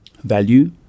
value